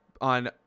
on